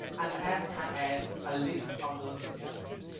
and the app can add a list of those suggestions.